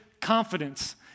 confidence